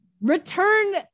return